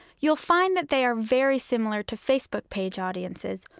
you will find that they are very similar to facebook page audiences,